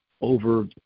over